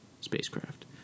spacecraft